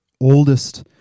oldest